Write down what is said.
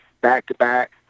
back-to-back